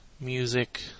music